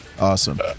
Awesome